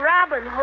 Robin